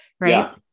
Right